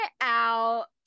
out